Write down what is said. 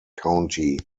county